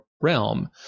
realm